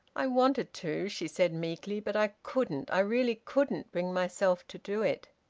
i wanted to, she said meekly. but i couldn't. i really couldn't bring myself to do it.